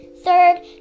third